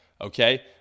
okay